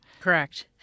Correct